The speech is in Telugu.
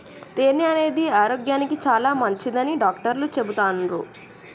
తేనె అనేది ఆరోగ్యానికి చాలా మంచిదని డాక్టర్లు చెపుతాన్రు